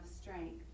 strength